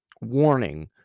Warning